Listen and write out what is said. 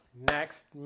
Next